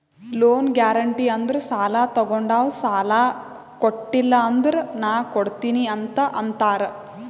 loan guarantee ಅಂದುರ್ ಸಾಲಾ ತೊಗೊಂಡಾವ್ ಸಾಲಾ ಕೊಟಿಲ್ಲ ಅಂದುರ್ ನಾ ಕೊಡ್ತೀನಿ ಅಂತ್ ಅಂತಾರ್